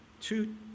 two